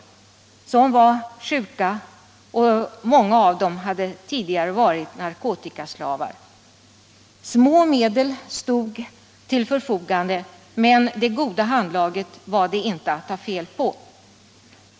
Många av dem var sjuka, och många hade tidigare varit narkotikaslavar. Små medel stod till förfogande, men det goda handlaget var inte att ta fel på.